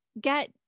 get